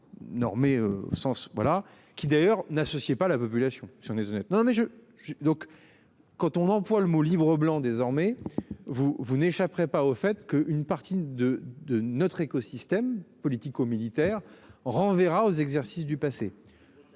qui d'ailleurs n'associait pas la population sur les zones non mais je je donc. Quand on emploie le mot Livre blanc désormais. Vous, vous n'échapperez pas au fait que une partie de de notre écosystème. Politico-militaire renverra aux exercices du passé.